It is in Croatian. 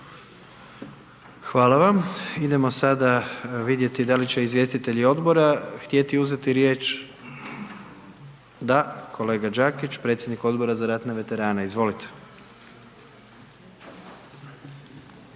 Hvala vam. Idemo sada vidjeti da li će izvjestitelji odbora htjeti uzeti riječ. Da, kolega Đakić, predsjednik Odbora za ratne veterane, izvolite.